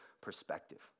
perspective